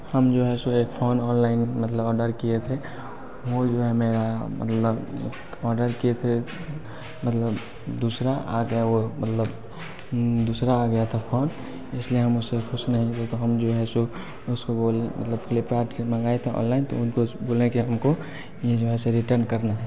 हम जो हैं सो एक फ़ौन ऑनलाइन मतलब ऑर्डर किए थे वो जो है मेरा मतलब ऑर्डर किए थे मतलब दूसरा आ गया वो मतलब दूसरा आ गया था फ़ौन इसलिए हम उससे खुश नहीं हैं तो हम जो है सो उसको बोलने मतलब फ़्लिपकार्ट से मंगाए थे ऑनलाइन तो उनको बोले हैं कि हमको ये जो है इसे रिटर्न करना है